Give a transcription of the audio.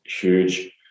huge